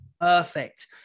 perfect